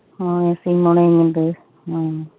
ᱦᱮᱸ ᱢᱚᱬᱮ ᱥᱤᱧ ᱢᱚᱬᱮ ᱧᱤᱫᱟᱹ ᱦᱮᱸ